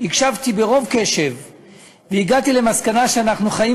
מבחינה צבאית אנחנו חולקים